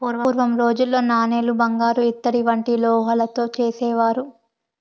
పూర్వం రోజుల్లో నాణేలు బంగారు ఇత్తడి వంటి లోహాలతో చేసేవారు